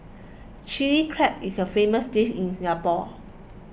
Chilli Crab is a famous dish in Singapore